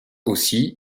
aussi